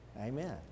Amen